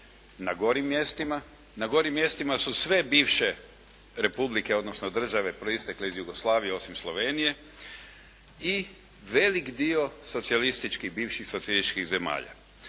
Na gorim mjestima su sve bivše republike odnosno države proistekle iz Jugoslavije osim Slovenije i veliki dio bivših socijalističkih zemalja.